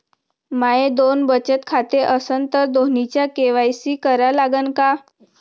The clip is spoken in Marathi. माये दोन बचत खाते असन तर दोन्हीचा के.वाय.सी करा लागन का?